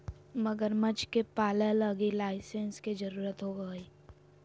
मगरमच्छ के पालय लगी लाइसेंस के जरुरत होवो हइ